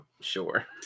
sure